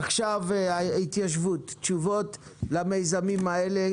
עכשיו ההתיישבות: תשובות למיזמים האלה,